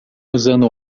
usando